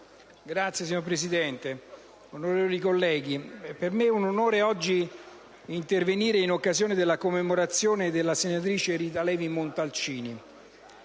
Signora Presidente, onorevoli colleghi, è per me un onore oggi intervenire in occasione della commemorazione della senatrice Rita Levi-Montalcini.